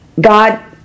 God